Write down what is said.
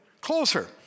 closer